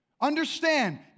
Understand